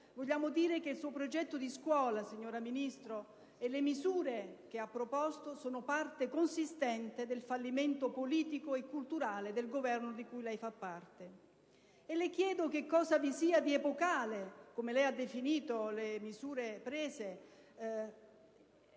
vogliamo dire che il suo progetto di scuola e le misure che ha proposto sono parte consistente del fallimento politico e culturale del Governo di cui lei fa parte. Le chiedo che cosa vi sia di epocale - come lei le ha definite - in misure